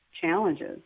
challenges